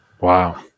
Wow